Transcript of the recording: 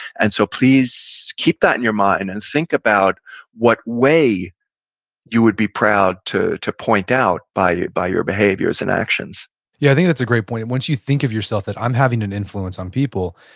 and so please keep that in your mind. and think about what way you would be proud to to point out by your by your behaviors and actions i yeah think that's a great point. and once you think of yourself that i'm having an influence on people,